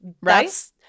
Right